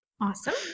Awesome